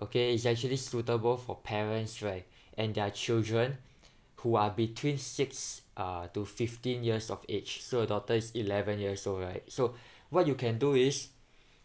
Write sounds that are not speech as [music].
okay is actually suitable for parents right and their children who are between six uh to fifteen years of age so your daughter is eleven years old right so [breath] what you can do is